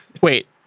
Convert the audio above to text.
Wait